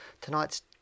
tonight's